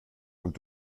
und